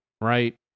right